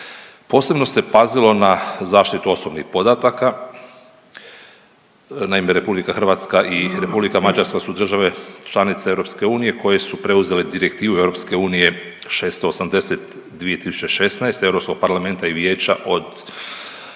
Posebno se pazilo na zaštitu osobnih podataka, naime, RH i R. Mađarska su države članice EU koje su preuzele Direktivu EU 280/2016 EU Parlamenta i Vijeća od 27.